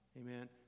Amen